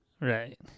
Right